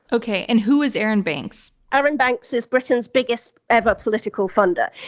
okay, and who is arron banks? arron banks is britain's biggest ever political funder.